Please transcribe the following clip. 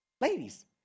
Ladies